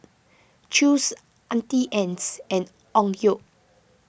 Chew's Auntie Anne's and Onkyo